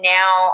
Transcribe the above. now